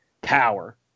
power